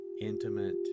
intimate